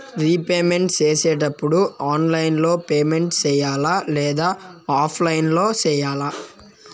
repayment సేసేటప్పుడు online లో payment సేయాలా లేదా ఆఫ్లైన్ లో సేయాలా